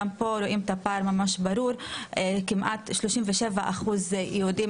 גם פה רואים את פער ברור: כמעט 37% יהודים